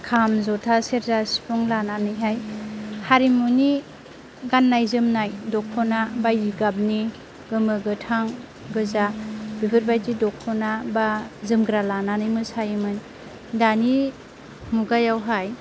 खाम जथा सेरजा सिफुं लानानैहाय हारिमुनि गाननाय जोमनाय दखना बायदि गाबनि गोमो गोथां गोजा बेफोरबायदि दखना बा जोमग्रा लानानै मोसायोमोन दानि मुगायावहाय